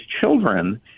children